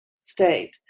state